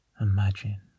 imagine